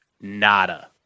nada